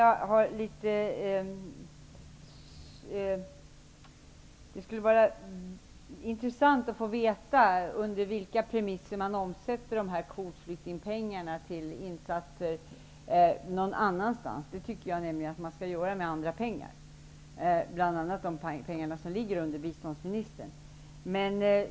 Det skulle vara intressant att få veta under vilka premisser som man omsätter flyktingkvotpengarna till insatser någon annanstans. Jag tycker nämligen att man skall göra det med andra pengar, bl.a. de pengar som hanteras av biståndsministern.